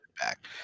back